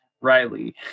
Riley